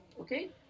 Okay